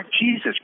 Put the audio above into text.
Jesus